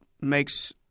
makes